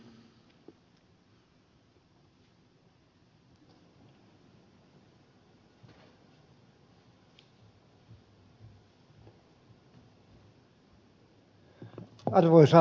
arvoisa puhemies